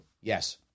Yes